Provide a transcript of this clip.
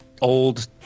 old